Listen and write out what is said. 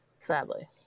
Sadly